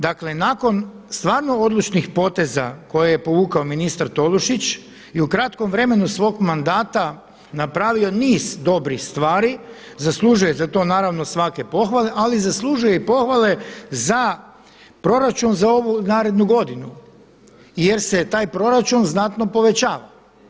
Dakle nakon stvarno odlučnih poteza koje je povukao ministar Tolušić i u kratkom vremenu svog mandata napravio niz dobrih stvari, zaslužuje za to naravno svake pohvale ali zaslužuje i pohvale za proračun za ovu i narednu godinu jer se taj proračun znatno povećava.